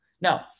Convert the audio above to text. Now